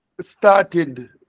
started